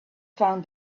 found